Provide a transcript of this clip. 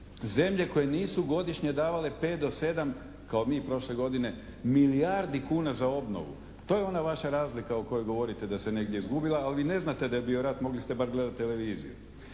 zemlje koje nisu godišnje davale 5 do 7 kao mi prošle godine milijardi kuna za obnovu. To je ona vaša razlika o kojoj govorite da se negdje izgubila, ali ne znate da je bio rat, mogli ste bar gledati televiziju.